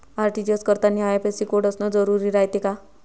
RTGS करतांनी IFSC code असन जरुरी रायते का?